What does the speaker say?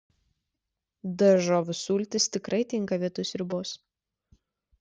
daržovių sultys tikrai tinka vietoj sriubos